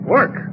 Work